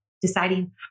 deciding